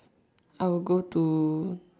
I will go to